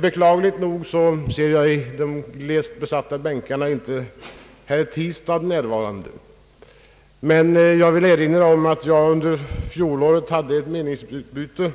Beklagligt nog ser jag i de glest besatta bänkarna inte herr Tistad närvarande. Jag vill erinra om att jag under fjolåret hade ett meningsutbyte